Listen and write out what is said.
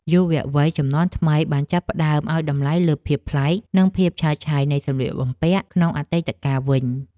យុវវ័យជំនាន់ថ្មីបានចាប់ផ្តើមឱ្យតម្លៃលើភាពប្លែក និងភាពឆើតឆាយនៃសម្លៀកបំពាក់ក្នុងអតីតកាលវិញ។